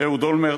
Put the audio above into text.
אהוד אולמרט,